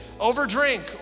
overdrink